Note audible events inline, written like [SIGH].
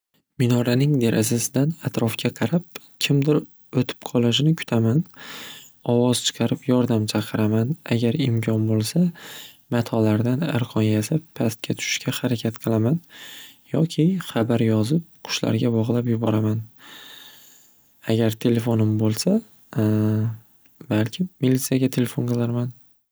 Minoraning derazasidan atrofga qarab kimdir o'tib qolishini kutaman. Ovoz chiqarib yordam chaqiraman. Agar imkon bo'lsa, matolardan arqon yasab pastga tushishga harakat qilaman yoki xabar yozib qushlarga bog'lab yuboraman. Agar telefonim bo'lsa [HESITATION] balkim militsiyaga telefon qilarman.